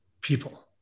people